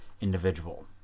individual